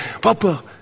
Papa